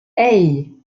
hey